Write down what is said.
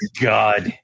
god